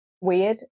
weird